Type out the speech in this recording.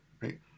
right